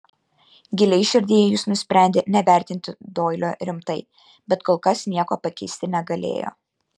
giliai širdyje jis nusprendė nevertinti doilio rimtai bet kol kas nieko pakeisti negalėjo